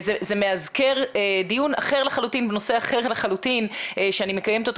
זה מאזכר דיון אחר לחלוטין בנושא אחר לחלוטין שאני מקיימת אותו